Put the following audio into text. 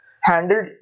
handled